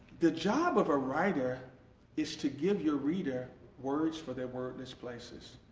the job of a writer is to give your reader words for their wordless places.